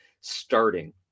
starting